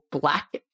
black